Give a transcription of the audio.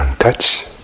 touch